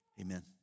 amen